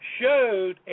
showed